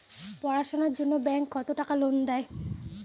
পড়াশুনার জন্যে ব্যাংক কত টাকা লোন দেয়?